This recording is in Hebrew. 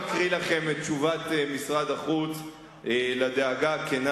אקריא לכם את תשובת משרד החוץ על הדאגה הכנה